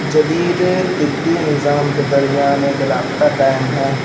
جدید طبی نظام کے درمیان ایک رابطہ کائم ہیں